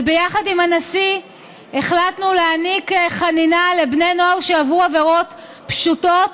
וביחד עם הנשיא החלטנו להעניק חנינה לבני נוער שעברו עבירות פשוטות,